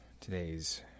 today's